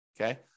Okay